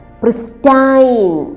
pristine